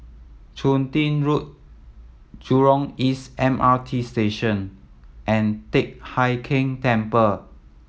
Chun Tin Road Jurong East M R T Station and Teck Hai Keng Temple